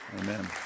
Amen